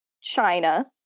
China